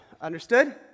Understood